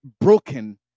broken